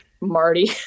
marty